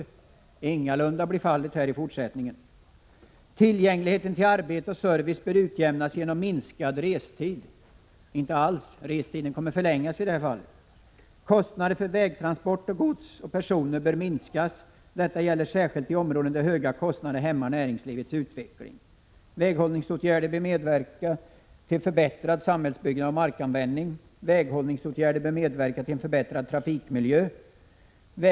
— Så blir ingalunda fallet här i fortsättningen. 3. Tillgängligheten till arbete och service bör utjämnas genom minskad restid. — Så blir det inte alls; restiden kommer att förlängas i det här fallet. 4. Kostnaderna för vägtransport och gods och personer bör minskas. Detta gäller särskilt i områden där höga kostnader hämmar näringslivets utveckling. 5. Väghållningsåtgärder bör medverka till förbättrad samhällsbyggnad och markanvändning. 6. Väghållningsåtgärder bör medverka till en förbättrad trafikmiljö. 7.